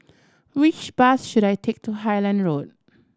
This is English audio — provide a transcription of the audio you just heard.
which bus should I take to Highland Road